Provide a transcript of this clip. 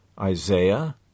Isaiah